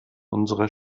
unserer